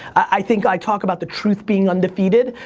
i think i talk about the truth being undefeated.